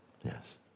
Yes